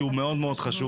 כי הוא מאוד חשוב.